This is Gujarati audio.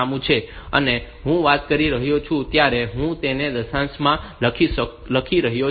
અને હું વાત કરી રહ્યો છું ત્યારે હું તેને દશાંશમાં માં લખી રહ્યો છું